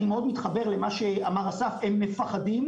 אני מאוד מתחבר למה שאמר אסף הם מפחדים,